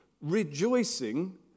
rejoicing